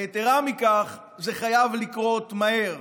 ויתרה מכך, זה חייב לקרות מהר.